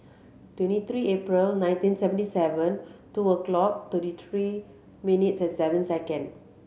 twenty three April nineteen seventy seven two o'clock thirty three minutes and seven second